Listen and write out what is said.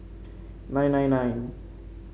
nine nine nine